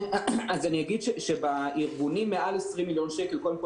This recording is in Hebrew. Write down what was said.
אני אגיד שבארגונים מעל 20 מיליון שקל קודם כל,